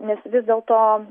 nes vis dėlto